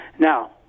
Now